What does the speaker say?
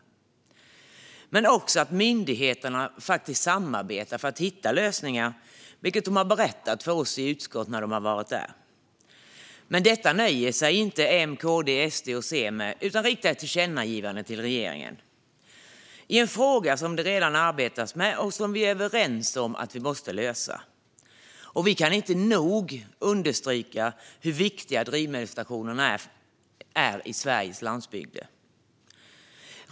Vi redogör också för att myndigheter samarbetar för att hitta lösningar, vilket de har berättat för oss i utskottet. Detta nöjer sig inte M, KD, SD och C med, utan de riktar ett tillkännagivande till regeringen i en fråga som det redan arbetas med och som vi är överens om att vi måste lösa. Vi kan inte nog understryka hur viktiga drivmedelsstationerna på Sveriges landsbygder är.